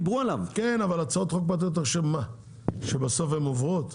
אתה חושב שכל הצעת חוק פרטית עוברת?